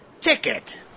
ticket